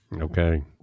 Okay